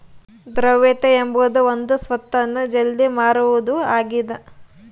ದ್ರವ್ಯತೆ ಎಂಬುದು ಒಂದು ಸ್ವತ್ತನ್ನು ಜಲ್ದಿ ಮಾರುವುದು ಆಗಿದ